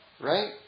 right